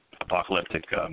apocalyptic